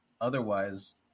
otherwise